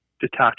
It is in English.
detach